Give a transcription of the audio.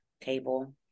table